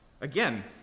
Again